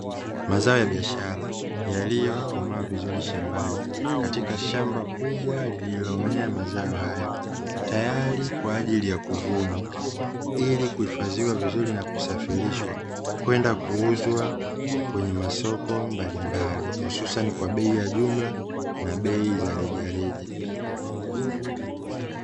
Mazao ya biashara yaliyokomaa vizuri shambani. Katika shamba kubwa lililomea mazao hayo tayari kwa ajili ya kuvunwa, ili kuwa tayari kuhifadhiwa vizuri na kusafirishwa kwenda kuuzwa kwenye masoko mbalimbali, hususani kwa bei ya jumla na bei za rejareja.